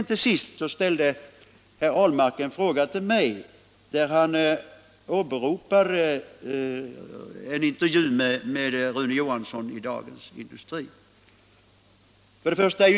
Till sist ställde herr Ahlmark en fråga till mig med anledning av en intervju med Rune Johansson i Dagens Industri.